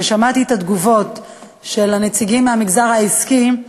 כששמעתי את התגובות של הנציגים מהמגזר העסקי,